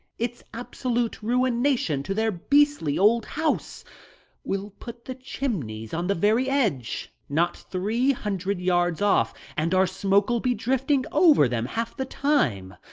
it's absolute ruination to their beastly old house we'll put the chimneys on the very edge, not three hundred yards off, and our smoke'll be drifting over them half the time.